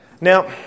Now